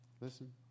Listen